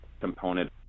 component